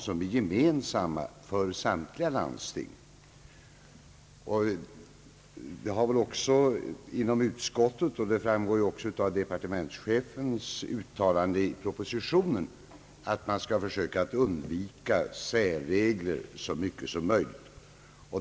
Det har sagts av utskottet — det framgår även av departementschefens uttalande i propositionen — att man skall försöka undvika särregler så mycket som möjligt.